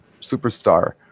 superstar